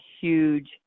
huge